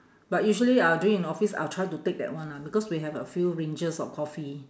but usually ah during in office I'll try to take that one ah because we have a few ranges of coffee